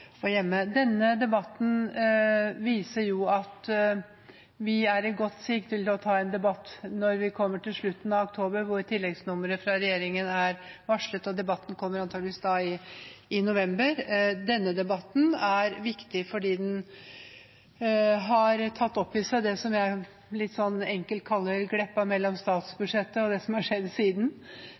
og hjemme. Denne debatten viser at vi er i godt sig til slutten av oktober, når tilleggsnummeret fra regjeringen er varslet. Debatten kommer antakeligvis i november. Denne debatten er viktig fordi den har tatt opp i seg det som jeg litt enkelt kaller glipen mellom statsbudsjettet og det som har skjedd siden